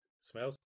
Smells